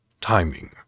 Timing